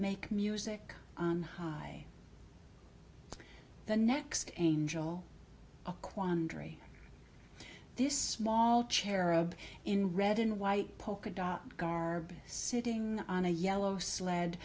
make music high the next an angel a quandary this small cherub in red and white polka dot garb sitting on a yellow sled